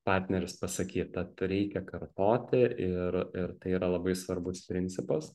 partneris pasakyt tad reikia kartoti ir ir tai yra labai svarbus principas